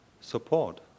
support